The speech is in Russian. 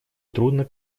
трудно